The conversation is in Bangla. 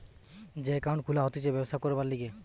যে একাউন্ট খুলা হতিছে ব্যবসা করবার লিগে